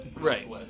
right